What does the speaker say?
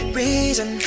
reason